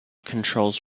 controls